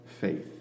faith